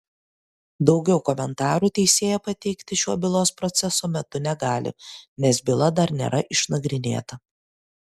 daugiau komentarų teisėja pateikti šiuo bylos proceso metu negali nes byla dar nėra išnagrinėta